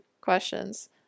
questions